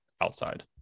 outside